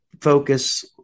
focus